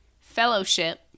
fellowship